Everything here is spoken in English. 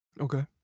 Okay